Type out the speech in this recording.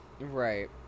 Right